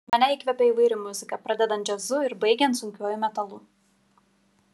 mane įkvepia įvairi muzika pradedant džiazu ir baigiant sunkiuoju metalu